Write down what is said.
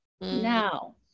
Now